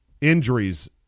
Injuries